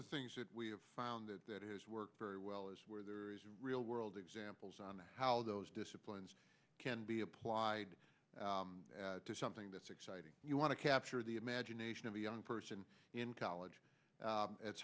the things that we have found that has worked very well is where the real world examples on how those disciplines can be applied to something that's exciting you want to capture the imagination of a young person in college that's